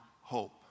hope